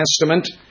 Testament